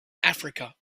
africa